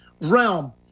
realm